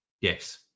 Yes